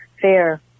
fair